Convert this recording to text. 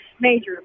major